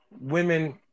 women